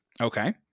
Okay